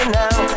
now